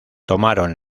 tomaron